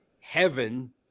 heaven